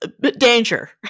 danger